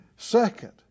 Second